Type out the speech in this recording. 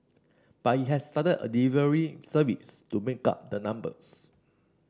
but it has started a delivery service to make up the numbers